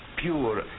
pure